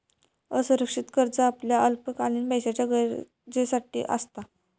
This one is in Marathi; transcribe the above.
असुरक्षित कर्ज आपल्या अल्पकालीन पैशाच्या गरजेसाठी असता